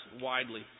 widely